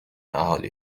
اهالی